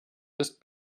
ist